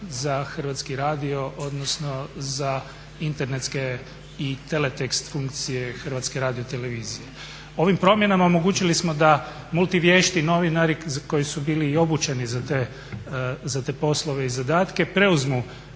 za Hrvatski radio odnosno za internetske i teletekst funkcije HRT-a. Ovim promjenama omogućili smo da multi vješti novinari koji su bili i obučeni za te poslove i zadatke preuzmu